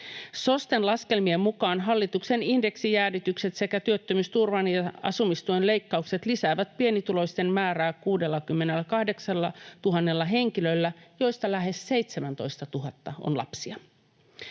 SOSTEn laskelmien mukaan hallituksen indeksijäädytykset sekä työttömyysturvan ja asumistuen leikkaukset lisäävät pienituloisten määrää 68 000:lla henkilöllä, joista lähes 17 000 on lapsia.